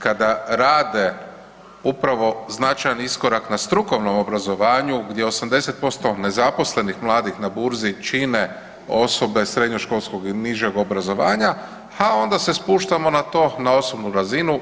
Kada rade upravo značajan iskorak na strukovnom obrazovanju gdje 80% nezaposlenih mladih na burzi čine osobe srednjoškolskog i nižeg obrazovanja, ha onda se spuštamo na to na osobnu razinu